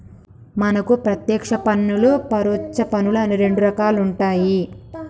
మనకు పత్యేక్ష పన్నులు పరొచ్చ పన్నులు అని రెండు రకాలుంటాయి